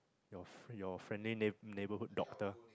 your your friendly neighbour neighborhood doctor